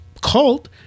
cult